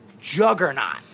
juggernaut